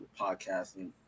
podcasting